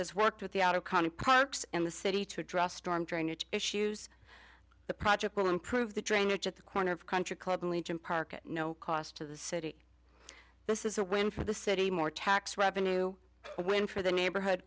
has worked with the outcome of projects in the city to address storm drainage issues the project will improve the drainage at the corner of country club and regent park at no cost to the city this is a win for the city more tax revenue win for the neighborhood